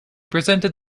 presented